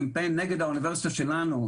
היה גם קמפיין נגד האוניברסיטה שלנו.